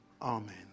Amen